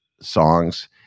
songs